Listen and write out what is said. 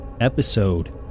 episode